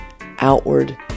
outward